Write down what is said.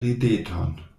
rideton